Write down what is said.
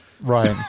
Right